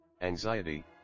anxiety